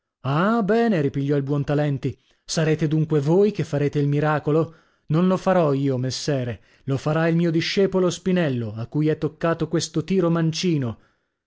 ah bene ripigliò il buontalenti sarete dunque voi che farete il miracolo non lo farò io messere lo farà il mio discepolo spinello a cui è toccato questo tiro mancino